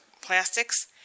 plastics